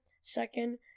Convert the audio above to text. second